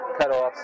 cutoffs